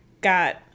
got